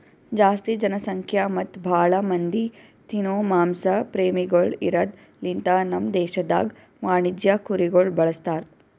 ಜಾಸ್ತಿ ಜನಸಂಖ್ಯಾ ಮತ್ತ್ ಭಾಳ ಮಂದಿ ತಿನೋ ಮಾಂಸ ಪ್ರೇಮಿಗೊಳ್ ಇರದ್ ಲಿಂತ ನಮ್ ದೇಶದಾಗ್ ವಾಣಿಜ್ಯ ಕುರಿಗೊಳ್ ಬಳಸ್ತಾರ್